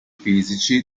fisici